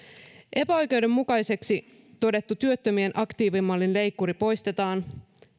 epäoikeudenmukaiseksi todettu työttömien aktiivimallin leikkuri poistetaan